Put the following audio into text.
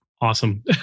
awesome